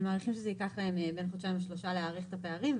הם מעריכים שזה ייקח בין חודשיים או שלושה להעריך את הפערים,